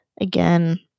Again